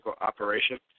operation